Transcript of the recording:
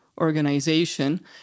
organization